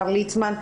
השר ליצמן,